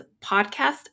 podcast